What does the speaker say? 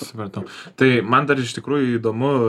supratau tai man dar iš tikrųjų įdomu